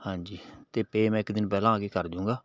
ਹਾਂਜੀ ਅਤੇ ਪੇ ਮੈਂ ਇੱਕ ਦਿਨ ਪਹਿਲਾਂ ਆ ਕੇ ਕਰ ਜੂੰਗਾ